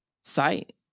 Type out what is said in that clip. sight